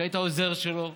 כשהיית עוזר שלו?